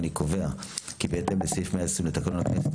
אני קובע כי בהתאם לסעיף 120 לתקנות הכנסת,